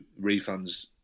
refunds